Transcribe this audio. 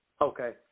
Okay